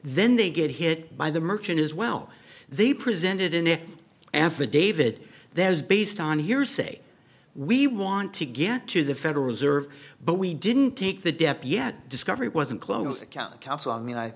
then they get hit by the merchant as well they presented in a affidavit there's based on hearsay we want to get to the federal reserve but we didn't take the dep yet discovery wasn't close account counsel i mean i